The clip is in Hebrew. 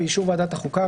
באישור ועדת החוקה,